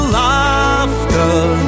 laughter